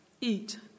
eat